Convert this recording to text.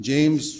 James